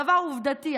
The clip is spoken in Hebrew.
דבר עובדתי,